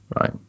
right